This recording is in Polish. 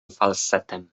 falsetem